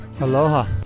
Aloha